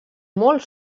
molt